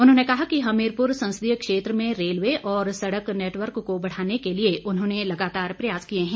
उन्होंने कहा कि हमीरपुर संसदीय क्षेत्र में रेलवे और सड़क नेटवर्क को बढ़ाने के लिए उन्होंने लगातार प्रयास किए हैं